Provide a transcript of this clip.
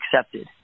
accepted